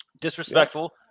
Disrespectful